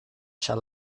shall